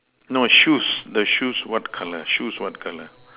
no shoes the shoes what colour shoes what colour